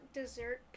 dessert